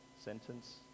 sentence